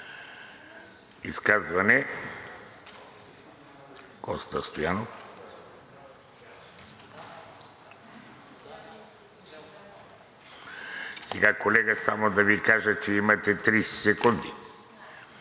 Изказване – Коста Стоянов. Колега, само да Ви кажа, че имате 30 секунди.